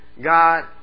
God